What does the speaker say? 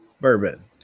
bourbon